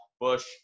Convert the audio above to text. bush